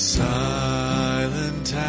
silent